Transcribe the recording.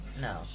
No